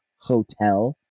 Hotel